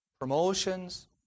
promotions